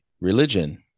religion